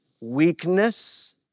weakness